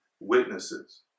witnesses